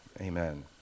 Amen